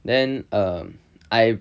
then err I